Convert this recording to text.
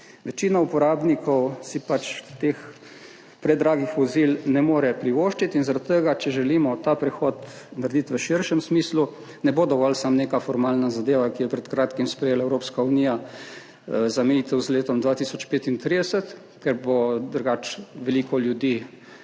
Večina uporabnikov si pač teh predragih vozil ne more privoščiti in zaradi tega, če želimo ta prehod narediti v širšem smislu, ne bo dovolj samo neka formalna zadeva, ki jo je pred kratkim sprejela Evropska unija, zamejitev z letom 2035, ker se bo sicer veliko ljudem